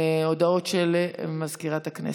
הודעה של מזכירת הכנסת.